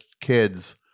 kids